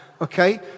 Okay